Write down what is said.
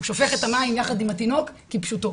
הוא שופך את המים יחד עם התינוק כפשוטו.